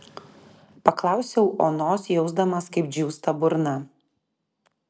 paklausiau onos jausdamas kaip džiūsta burna